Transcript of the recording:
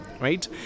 right